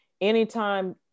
anytime